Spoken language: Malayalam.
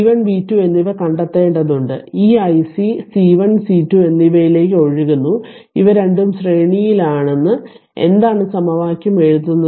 v1 v2 എന്നിവ കണ്ടെത്തേണ്ടതുണ്ട് ഈ iC C1 C2 എന്നിവയിലേക്ക് ഒഴുകുന്നു ഇവ രണ്ടും ശ്രേണിയിലാണ് എന്താണ് സമവാക്യം എഴുതുന്നത്